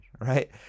right